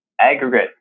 aggregate